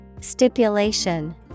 Stipulation